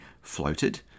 floated